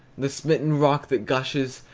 the smitten rock that gushes,